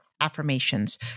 affirmations